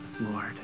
Lord